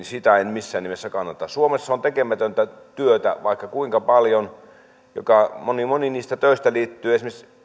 sitä en missään nimessä kannata suomessa on tekemätöntä työtä vaikka kuinka paljon ja moni niistä töistä liittyy esimerkiksi